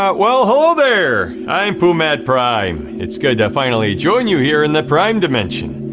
but well, hello there! i am pumat prime. it's good to finally join you here in the prime dimension.